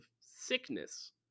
sickness